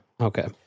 Okay